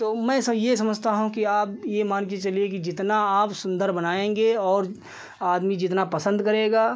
तो मैं यह समझता हूँ कि आप यह मानकर चलिए कि जितना आप सुन्दर बनाएँगे और आदमी जितना पसन्द करेगा